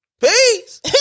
Peace